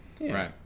right